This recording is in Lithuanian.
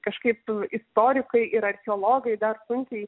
kažkaip istorikai ir archeologai dar sunkiai